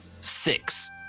six